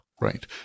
Right